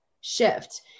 shift